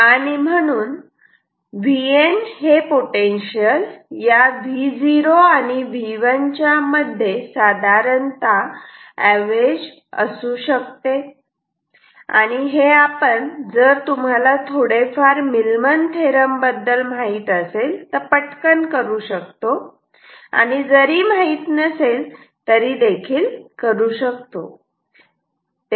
आणि म्हणून Vn हे पोटेंशियल या Vo आणि V1 च्या मध्ये साधारणता अवरेज असू शकते आणि हे आपण जर तुम्हाला थोडेफार मीलमन थेरम Millman's theorem बद्दल माहित असेल तर पटकन करू शकतो आणि जरी माहीत नसेल तरी देखील करू शकतो